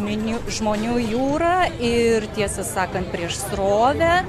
minių žmonių jūrą ir tiesą sakant prieš srovę